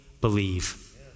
believe